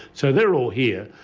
so they are all here,